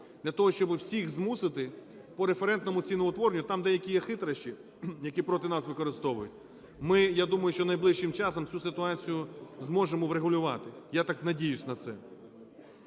для того, щоби всіх змусити по референтному ціноутворенню, там деякі є хитрощі, які проти нас використовують. Ми, я думаю, що найближчим часом цю ситуацію зможемо врегулювати. Я так надіюсь на це.